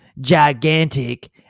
gigantic